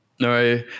No